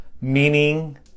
meaning